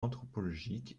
anthropologique